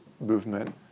movement